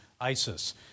ISIS